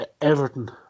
Everton